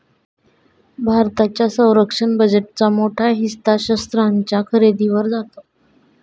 भारताच्या संरक्षण बजेटचा मोठा हिस्सा शस्त्रास्त्रांच्या खरेदीवर जातो